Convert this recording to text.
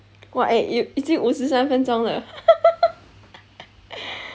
!wah! eh 已经五十三分钟了